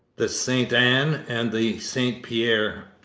the st anne and the st pierre,